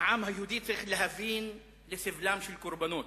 העם היהודי צריך להבין לסבלם של קורבנות,